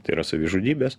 tai yra savižudybės